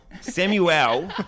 Samuel